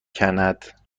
کند